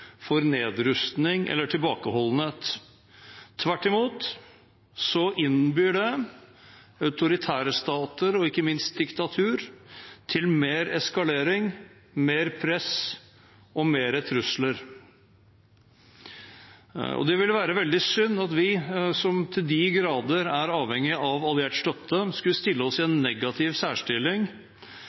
nedrustning eller tilbakeholdenhet. Tvert imot innbyr det autoritære stater og ikke minst diktaturer til mer eskalering, større press og flere trusler. Det ville være veldig synd om vi, som til de grader er avhengige av alliert støtte, skulle stille oss i en negativ særstilling